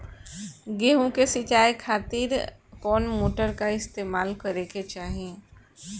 गेहूं के सिंचाई खातिर कौन मोटर का इस्तेमाल करे के चाहीं?